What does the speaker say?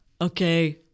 Okay